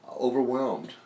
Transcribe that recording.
overwhelmed